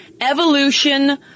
evolution